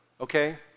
okay